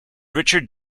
richard